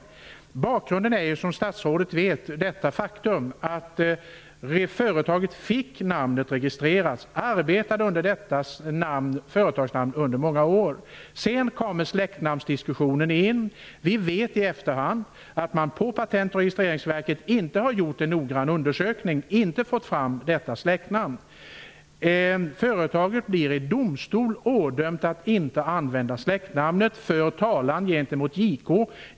Statsrådet känner till bakgrunden. Faktum är att företaget fick sitt namn registrerat. Företaget arbetade under detta namn i många år. Sedan blev det en släktnamnsdiskussion. I efterhand vet vi att Patent och registreringsverket inte har gjort en noggrann undersökning. Verket har inte fått fram detta släktnamn. Företaget blev i domstol ådömt att inte använda namnet. Företaget förde talan gentemot JK.